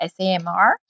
SAMR